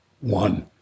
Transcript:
one